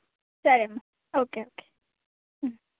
సరే ma'am okay okay